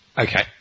Okay